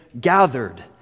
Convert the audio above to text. gathered